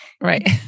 right